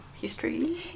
history